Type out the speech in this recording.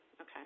Okay